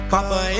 Papa